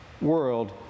world